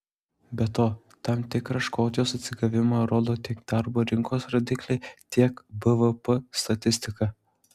be to tam tikrą škotijos atsigavimą rodo tiek darbo rinkos rodikliai tiek bvp statistika